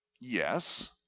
Yes